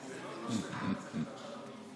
זה מהווה את תעודת הזהות התרבותית